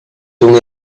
only